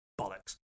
Bollocks